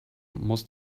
muss